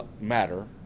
matter